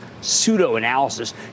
pseudo-analysis